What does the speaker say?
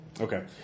Okay